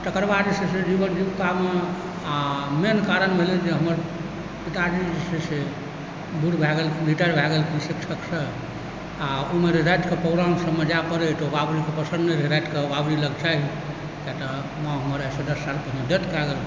तकर बाद जे छै से जीवन जीविकामे आ मेन कारण भेलै जे हमर पिताजी जे छै से बुढ़ भए गेलखिन रिटायर भए गेलखिन शिक्षकसँ आ उमहर राति कऽ प्रोग्राम सबमे जाए पड़ै तऽ बाबूजी कऽ पसन्द नहि रहै राति कऽ बाबूजी लग चाही किआ तऽ माँ हमर आइसँ दश साल पहिने डेट कए गेलै